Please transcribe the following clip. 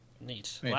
Neat